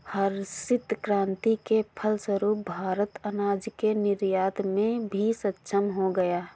हरित क्रांति के फलस्वरूप भारत अनाज के निर्यात में भी सक्षम हो गया